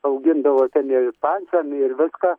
augindavo ten jie ir pansam ir viską